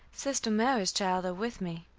sister mary's child, are with me,